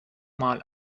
mal